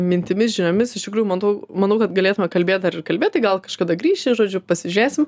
mintimis žiniomis iš tikrųjų mantau manau kad galėtume kalbėt dar kalbėt tai gal kažkada grįši žodžiu pasižiūrėsim